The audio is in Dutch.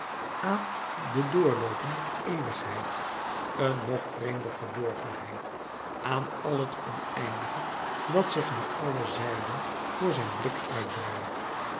aan de doorloopen eeuwigheid een nog vreemder verborgenheid aan al het oneindige dat zich naar alle zijden voor zijn blik uitbreidde